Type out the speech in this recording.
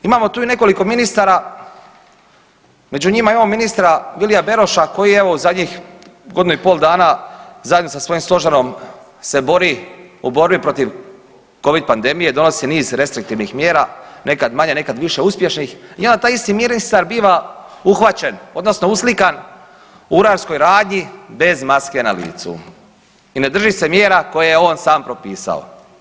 Imamo tu i nekoliko ministara među njima imamo ministra Vilja Beroša koji evo u zadnjih godinu i pol dana zajedno sa svojim stožerom se bori u borbi protiv covid pandemije, donosi niz restriktivnih mjera, nekad manje nekad više uspješnih i onda taj isti ministar biva uhvaćen odnosno uslikan u urarskoj radnji bez maske na licu i ne drži se mjera koje je on sam propisao.